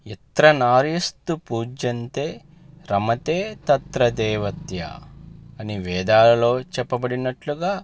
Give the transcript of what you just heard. యత్ర నార్యస్తు పూజ్యంతే రమంతే తత్ర దేవతాః అని వేదాలలో చెప్పబడినట్లుగా